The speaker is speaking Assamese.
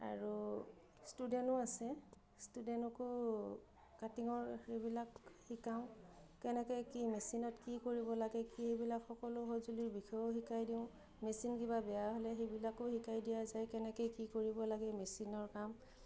আৰু ইষ্টুডেনো আছে ইষ্টুডেনকো কাটিঙৰ সেইবিলাক শিকাওঁ কেনেকৈ কি মেচিনত কি কৰিব লাগে কি সেইবিলাক সকলো সঁজুলিৰ বিষয়েও শিকাই দিওঁ মেচিন কিবা বেয়া হ'লে সেইবিলাকো শিকাই দিয়া যায় কেনেকৈ কি কৰিব লাগে মেচিনৰ কাম